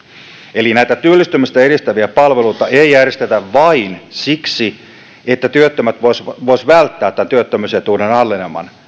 eli näitä työllistymistä edistäviä palveluita ei järjestetä vain siksi että työttömät voisivat välttää tämän työttömyysetuuden aleneman